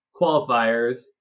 qualifiers